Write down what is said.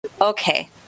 Okay